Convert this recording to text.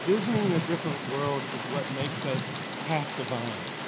envisioning a different world is what makes us half divine.